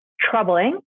troubling